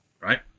Right